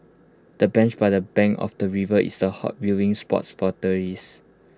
the bench by the bank of the river is A hot viewing spots for tourists